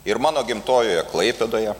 ir mano gimtojoje klaipėdoje